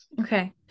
Okay